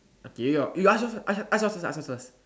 okay your you ask ask us ask us to ask us first